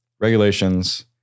Regulations